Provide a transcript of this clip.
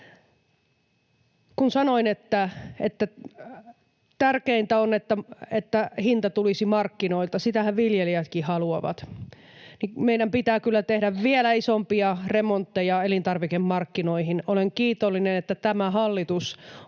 Kun sanoin, että tärkeintä on, että hinta tulisi markkinoilta — sitähän viljelijätkin haluavat — niin meidän pitää kyllä tehdä vielä isompia remontteja elintarvikemarkkinoihin. Olen kiitollinen, että tämä hallitus on